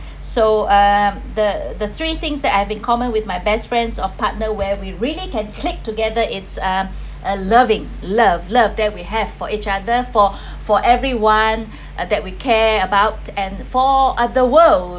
so uh the the three things that I have been in common with my best friends or partner where we really can click together it's uh a loving love love that we have for each other for for everyone that we care about and for uh the world